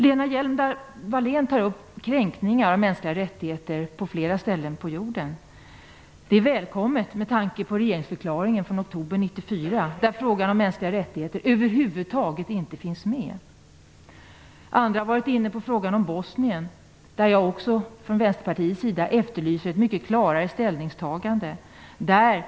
Lena Hjelm-Wallén tog upp kränkningar av de mänskliga rättigheterna på flera ställen på jorden. Det är välkommet med tanke på regeringsförklaringen från oktober 1994, där frågan om mänskliga rättigheter över huvud taget inte behandlas. Andra har varit inne på frågan om Bosnien. På den punkten efterlyser jag för Vänsterpartiets räkning ett mycket klarare ställningstagande.